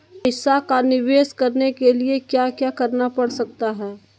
पैसा का निवेस करने के लिए क्या क्या करना पड़ सकता है?